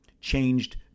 changed